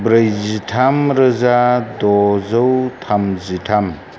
ब्रैजिथाम रोजा द'जौ थामजिथाम